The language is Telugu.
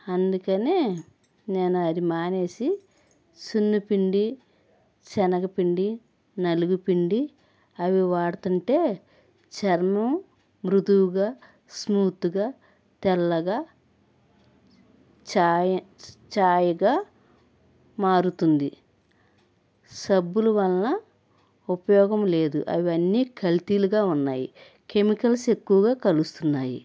అందుకని అది మానేసి సున్నిపిండి శెనగపిండి నలుగు పిండి అవి వాడుతుంటే చర్మం మృదువుగా స్మూత్గా తెల్లగా చాయ్ చాయగా మారుతుంది సబ్బులు వల్ల ఉపయోగం లేదు అవన్నీ కల్తీలుగా ఉన్నాయి కెమికల్స్ ఎక్కువగా కలుస్తున్నాయి